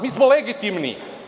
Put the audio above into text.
Mi smo legitimni.